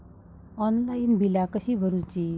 Online बिला कशी भरूची?